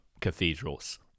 cathedrals